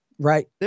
Right